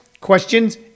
questions